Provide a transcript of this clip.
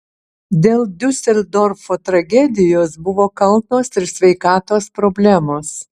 dėl diuseldorfo tragedijos buvo kaltos ir sveikatos problemos